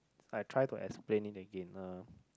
I try to explain it again uh